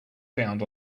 found